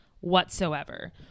whatsoever